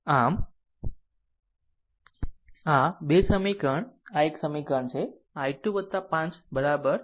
આમ હું તેને અહીં ચિહ્નિત કરું છું જે ખરેખર નોડ છોડી રહ્યું છે કારણ કે દિશા તે આ રીતે આપવામાં આવી છે બરાબર 2